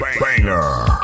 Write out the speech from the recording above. banger